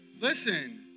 Listen